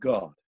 God